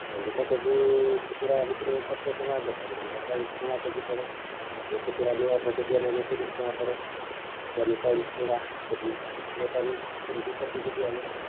ଭେଣ୍ଡି ତ K G ଖୁଚୁରା ବିକ୍ରି ହେଉଛି ଷାଠିଏ ଟଙ୍କା ବେପାରି ନେଲେ ଚାଳିଶ ଟଙ୍କା କେ ଜି ପଡ଼େ ଯିଏ ଖୁଚୁରା ନିଏ ଅଧ କେଜିଆ ନେଲେ ତିରିଶ ଟଙ୍କା ପଡ଼େ ଜହ୍ନି ଚାଳିଶ ଟଙ୍କା କେ ଜି ଆଉ ବେପାରୀ ତିରିଶ ପଚିଶ ଦିଆଯାଏ ଆଉ